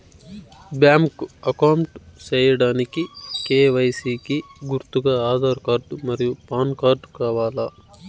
Bank account సేయడానికి KYC కి గుర్తుగా ఆధార్ కార్డ్ మరియు పాన్ కార్డ్ కావాలా?